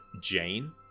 Jane